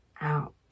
out